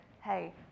hey